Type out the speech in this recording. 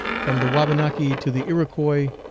from the wabanaki to the iroquois,